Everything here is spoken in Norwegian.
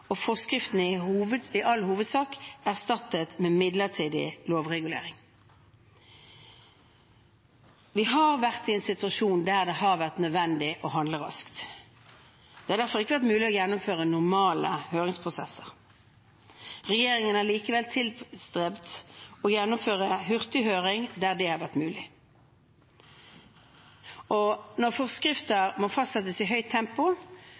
og forskriftene er i all hovedsak erstattet med midlertidig lovregulering. Vi har vært i en situasjon der det var nødvendig å handle raskt. Det har derfor ikke vært mulig å gjennomføre normale høringsprosesser. Regjeringen har likevel tilstrebet å gjennomføre hurtighøringer der det har vært mulig. Når forskrifter må fastsettes i høyt tempo,